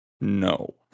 no